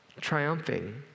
triumphing